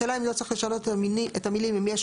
השאלה אם לא צריך לשנות את המילים "אם יש